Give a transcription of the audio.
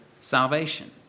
salvation